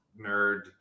nerd